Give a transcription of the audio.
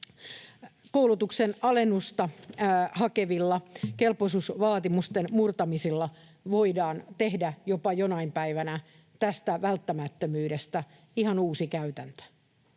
koulutuksen alennusta hakevilla kelpoisuusvaatimusten murtamisilla voidaan jopa tehdä jonain päivänä tästä välttämättömyydestä ihan uusi käytäntö?